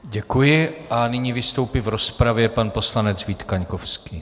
Děkuji a nyní vystoupí v rozpravě pan poslanec Vít Kaňkovský.